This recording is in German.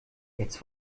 jetzt